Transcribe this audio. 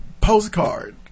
postcard